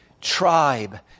tribe